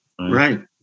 right